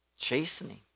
chastening